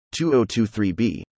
2023b